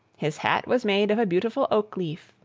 his hat was made of a beautiful oak leaf,